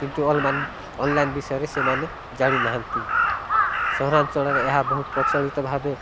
କିନ୍ତୁ ଅନଲାଇନ୍ ବିଷୟରେ ସେମାନେ ଜାଣିନାହାନ୍ତି ସହରାଞ୍ଚଳରେ ଏହା ବହୁ ପ୍ରଚଳିତ ଭାବେ